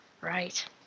Right